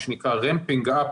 מה שנקרא "ramping up",